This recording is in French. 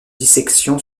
dissection